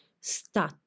Sta